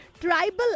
tribal